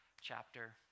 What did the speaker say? chapter